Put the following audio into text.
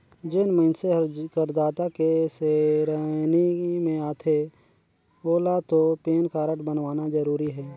जेन मइनसे हर करदाता के सेरेनी मे आथे ओेला तो पेन कारड बनवाना जरूरी हे